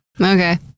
Okay